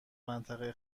منطقه